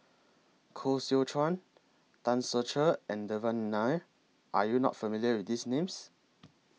Koh Seow Chuan Tan Ser Cher and Devan Nair Are YOU not familiar with These Names